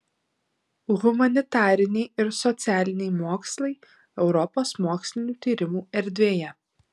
humanitariniai ir socialiniai mokslai europos mokslinių tyrimų erdvėje